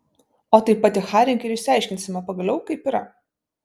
o tai paticharink ir išsiaiškinsime pagaliau kaip yra